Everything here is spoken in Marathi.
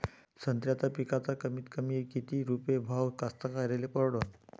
संत्र्याचा पिकाचा कमीतकमी किती रुपये भाव कास्तकाराइले परवडन?